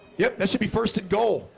yeah, that should be first at goal,